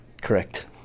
correct